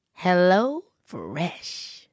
HelloFresh